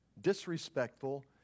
disrespectful